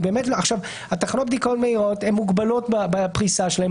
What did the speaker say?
תחנת הבדיקות המהירות מוגבלות בפריסה שלהן,